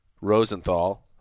rosenthal